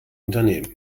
unternehmen